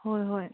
ꯍꯣꯏ ꯍꯣꯏ